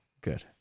Good